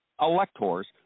electors